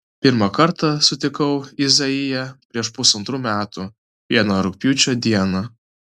pirmą kartą sutikau izaiją prieš pusantrų metų vieną rugpjūčio dieną